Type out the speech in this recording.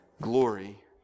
Glory